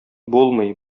булмый